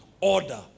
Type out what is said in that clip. order